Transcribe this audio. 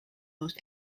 most